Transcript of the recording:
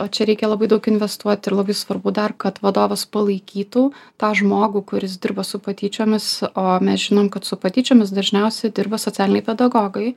o čia reikia labai daug investuoti ir labai svarbu dar kad vadovas palaikytų tą žmogų kuris dirba su patyčiomis o mes žinom kad su patyčiomis dažniausiai dirba socialiniai pedagogai